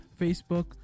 Facebook